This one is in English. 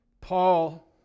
Paul